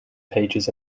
pages